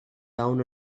down